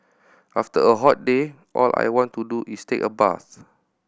after a hot day all I want to do is take a bath